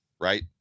right